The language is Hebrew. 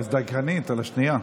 איזו דייקנית, על השנייה.